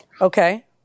Okay